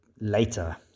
later